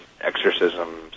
exorcisms